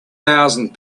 thousand